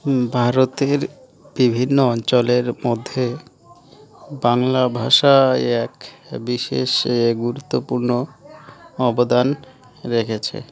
ভারতের বিভিন্ন অঞ্চলের মধ্যে বাংলা ভাষা এক বিশেষ গুরুত্বপূর্ণ অবদান রেখেছে